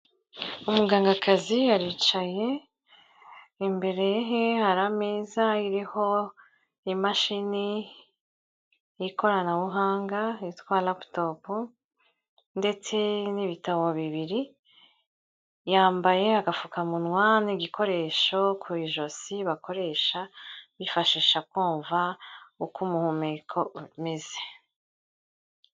Umugangakazi aricaye, imbere he hari ameza iriho imashini y'ikoranabuhanga yitwa Laptop ndetse n'ibitabo bibiri, yambaye agapfukamunwa n'igikoresho ku ijosi bakoresha bifashisha kumva uko umuhumeko umeze.